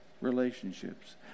relationships